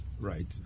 Right